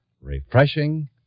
refreshing